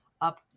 up